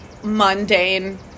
mundane